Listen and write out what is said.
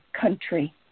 country